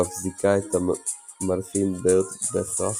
ואף זיכה את המלחין ברט בכרך